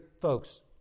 folks